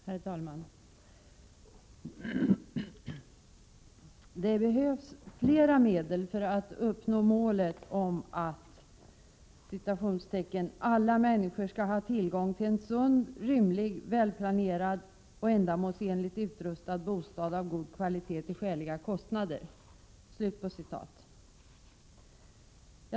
Herr talman! Det behövs mer medel för att uppnå målet om att ”alla människor skall ha tillgång till en sund, rymlig, välplanerad och ändamålsenligt utrustad bostad av god kvalitet till skäliga kostnader”.